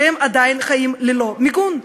שעדיין חיים ללא מיגון.